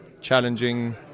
challenging